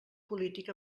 polític